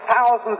thousands